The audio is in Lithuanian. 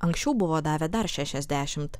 anksčiau buvo davę dar šešiasdešimt